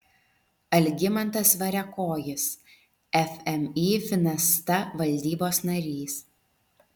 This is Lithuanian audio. algimantas variakojis fmį finasta valdybos narys